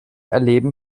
erleben